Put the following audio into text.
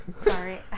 Sorry